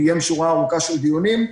קיים שורה מלאה של דיונים,